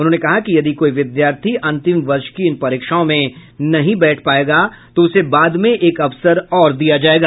उन्होंने कहा कि यदि कोई विद्यार्थी अंतिम वर्ष की इन परीक्षाओं में नहीं बैठ पाएगा तो उसे बाद में एक अवसर और दिया जाएगा